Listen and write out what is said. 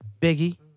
Biggie